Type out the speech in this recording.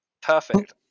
perfect